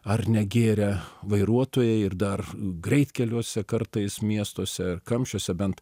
ar negėrę vairuotojai ir dar greitkeliuose kartais miestuose ir kamščiuose bent